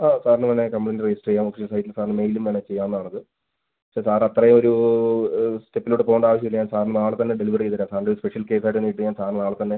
ആ സാറിന് വേണമെങ്കിൽ കംപ്ലയിൻ്റ് രജിസ്റ്റർ ചെയ്യാം ഒഫീഷ്യൽ സൈറ്റിൽ സാറിന് മെയിലും വേണമെങ്കിൽ ചെയ്യാവുന്നതാണത് പക്ഷേ സാറ് അത്ര ഒരൂ സ്റ്റെപ്പിലോട്ട് പോവേണ്ട ആവശ്യമില്ല സാറിന് നാളത്തന്നെ ഡെലിവർ ചെയ്ത് തരാം സാറിൻ്റെ സ്പെഷ്യൽ കേസായിട്ട് തന്നെ ഇട്ട് ഞാൻ സാറിന് നാളെത്തന്നെ